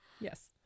yes